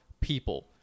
people